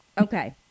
Okay